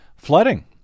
Flooding